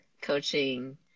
coaching